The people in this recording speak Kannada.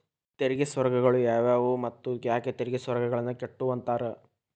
ತೆರಿಗೆ ಸ್ವರ್ಗಗಳು ಯಾವುವು ಮತ್ತ ಯಾಕ್ ತೆರಿಗೆ ಸ್ವರ್ಗಗಳನ್ನ ಕೆಟ್ಟುವಂತಾರ